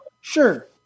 sure